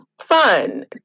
fun